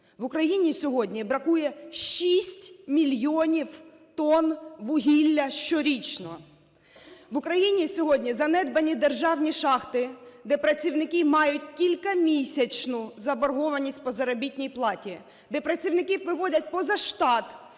В Україні сьогодні бракує шість мільйонів тонн вугілля щорічно. В Україні сьогодні занедбані державні шахти, де працівники мають кількамісячну заборгованість по заробітній платі, де працівників виводять поза штат,